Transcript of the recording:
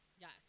Yes